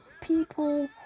people